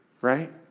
right